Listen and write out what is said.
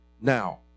now